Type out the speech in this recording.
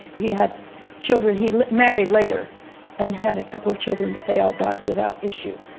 he had children he married later and had a couple of children, but they all died without issue.